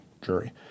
jury